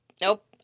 Nope